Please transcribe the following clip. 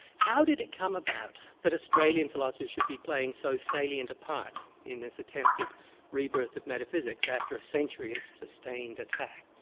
how did it come about that australian philosophy should be playing so salient a part in this attempted rebirth of metaphysics after a century of sustained attack?